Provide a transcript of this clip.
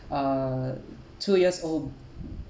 uh two years old